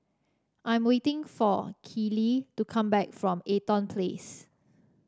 I'm waiting for Kelli to come back from Eaton Place